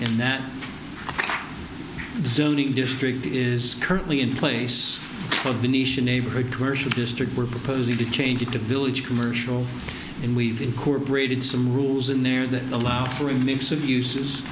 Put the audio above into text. and that zoning district is currently in place of the nation neighborhood commercial district we're proposing to change it to village commercial and we've incorporated some rules in there that allow for a mix of uses